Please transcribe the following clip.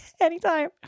anytime